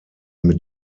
mit